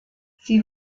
sie